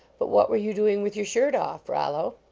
but what were you doing with your shirt off, rollo?